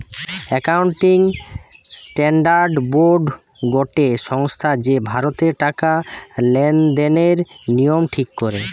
accounting standard board গটে সংস্থা যে ভারতের টাকা লেনদেনের নিয়ম ঠিক করে